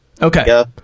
okay